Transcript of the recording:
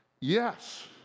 Yes